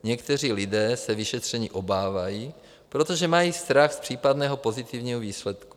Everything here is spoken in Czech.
Někteří lidé se vyšetření obávají, protože mají strach z případného pozitivního výsledku.